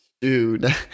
Dude